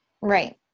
Right